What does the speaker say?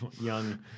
Young